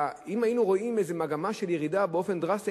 אם היינו רואים איזו מגמה של ירידה דרסטית,